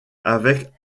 avec